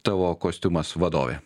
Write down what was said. tavo kostiumas vadovė